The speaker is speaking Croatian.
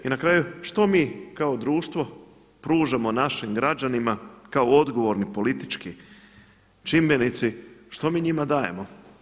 I na kraju, što mi kao društvo pružamo našim građanima kao odgovorni politički čimbenici, što mi njima dajemo?